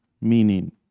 meaning